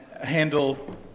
handle